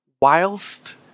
whilst